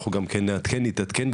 אנחנו גם נעדכן ונתעדכן,